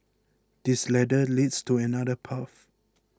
this ladder leads to another path